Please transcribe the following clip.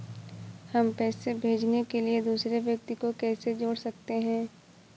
हम पैसे भेजने के लिए दूसरे व्यक्ति को कैसे जोड़ सकते हैं?